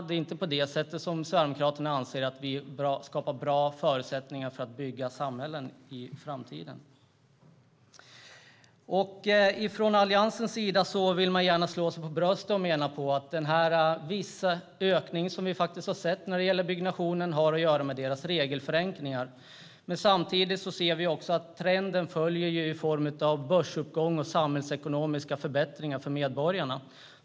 Det är inte på det sättet som Sverigedemokraterna anser att vi skapar bra förutsättningar att bygga samhällen i framtiden. Från Alliansens sida vill man gärna slå sig för bröstet, och man menar att den ökning som vi faktiskt har sett när det gäller byggnationen har att göra med deras regelförenklingar. Samtidigt ser vi att trenden med ökat byggande följer börsuppgång och samhällsekonomiska förbättringar för medborgarna.